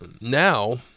now